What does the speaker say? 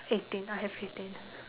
eighteen I have eighteen